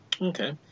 Okay